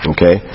Okay